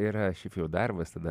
yra šiaip jau darbas tada